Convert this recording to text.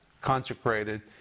consecrated